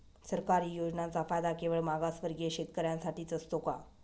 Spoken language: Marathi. सरकारी योजनांचा फायदा केवळ मागासवर्गीय शेतकऱ्यांसाठीच असतो का?